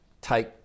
take